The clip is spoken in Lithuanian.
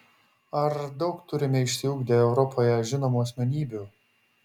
ar daug turime išsiugdę europoje žinomų asmenybių